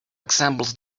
examples